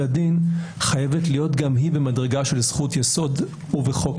הדין חייבת להיות גם היא במדרגה של זכות יסוד ובחוק-יסוד.